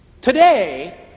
Today